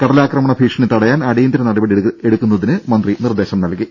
കടലാക്രമണ ഭീഷണി തടയാൻ അടിയന്തര നടപടി എടുക്കുന്നതിന് മന്ത്രി നിർദേശം നൽകി